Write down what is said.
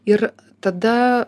ir tada